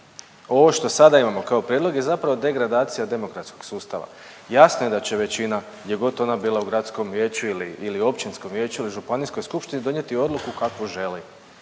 ovo što sada imamo kao prijedlog je zapravo degradacija demokratskog sustava. Jasno je da će većina, gdje god ona bila, u gradskom vijeću ili općinskom vijeću ili županijskoj skupštini donijeti odluku kakvu želi.